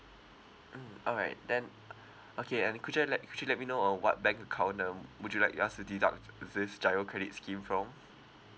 mm all right then uh okay any que~ could you let i~ could you let me know uh what bank account um would you like us to deduct t~ this giro credit scheme from